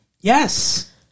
Yes